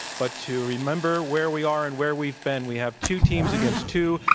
but to remember where we are and where we've been, we have two teams against two,